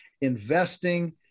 investing